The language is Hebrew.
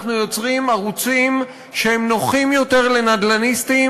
אנחנו יוצרים ערוצים שהם נוחים יותר לנדל"ניסטים,